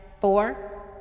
four